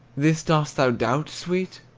this, dost thou doubt, sweet?